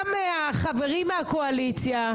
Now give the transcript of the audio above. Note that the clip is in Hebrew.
גם החברים מהקואליציה,